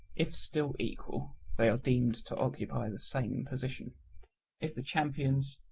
if still equal they are deemed to occupy the same position if the champions,